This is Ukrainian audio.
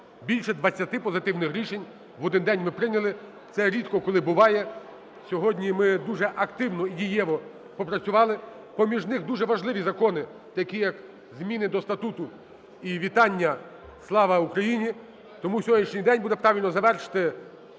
більше 20 позитивних рішень в один день ми прийняли, це рідко, коли буває. Сьогодні ми дуже активно і дієво попрацювали, поміж них дуже важливі закони такі, як зміни до статуту і вітання "Слава Україні". Тому сьогоднішній день буде правильно завершити